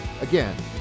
Again